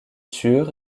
sur